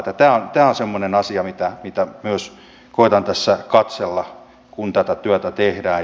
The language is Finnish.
tämä on semmoinen asia mitä myös koetan tässä katsella kun tätä työtä tehdään